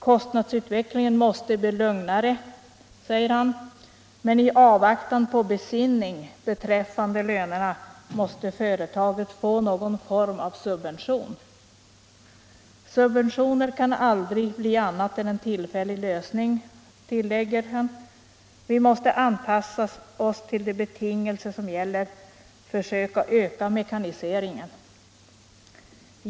Kostnadsutvecklingen måste bli lugnare, säger han, men i avvaktan på besinning beträffande lönerna måste företaget få någon form av subvention. Subventioner kan aldrig bli annat än en tillfällig lösning, tillägger han. Vi måste anpassa oss till de betingelser som gäller, försöka öka mekaniseringen.